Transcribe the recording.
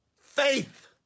faith